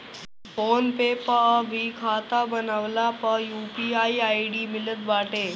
phone पे पअ भी खाता बनवला पअ यू.पी.आई आई.डी मिलत बाटे